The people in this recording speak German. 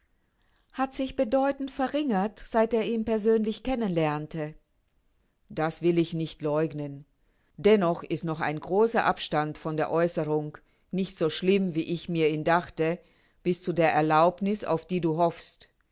hat sich bedeutend verringert seitdem er ihn persönlich kennen lernte das will ich nicht leugnen dennoch ist noch ein großer abstand von der aeußerung nicht so schlimm wie ich mir ihn dachte bis zu der erlaubniß auf die du hoffst